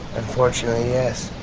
unfortunately. yes'